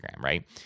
Right